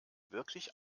wirklich